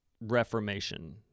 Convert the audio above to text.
reformation